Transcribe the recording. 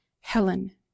Helen